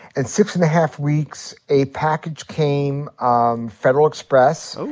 and six and a half weeks, a package came um federal express. oh.